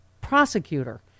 prosecutor